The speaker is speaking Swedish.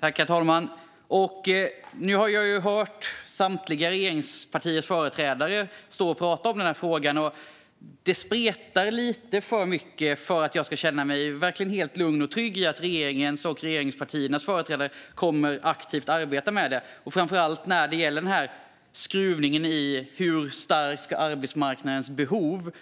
Herr talman! Nu har jag hört samtliga regeringspartiers företrädare stå och prata om den här frågan. Det spretar lite för mycket för att jag ska känna mig helt lugn och trygg med att regeringens och regeringspartiernas företrädare kommer att arbeta aktivt med detta, framför allt när det gäller att skruva i hur tungt arbetsmarknadens behov